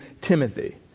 Timothy